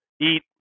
eat